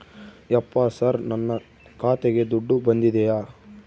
ಯಪ್ಪ ಸರ್ ನನ್ನ ಖಾತೆಗೆ ದುಡ್ಡು ಬಂದಿದೆಯ?